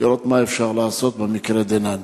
לראות מה אפשר לעשות במקרה דנן.